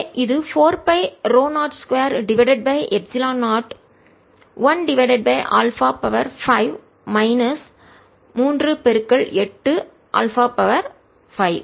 எனவே இது 4 pi ρ02 divided by epsilon 0 1 divided by α 5 minus 3 8 α 5